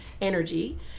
energy